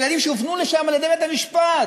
ילדים שהופנו לשם על-ידי בית-המשפט.